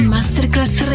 Masterclass